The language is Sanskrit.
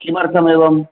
किमर्थमेवम्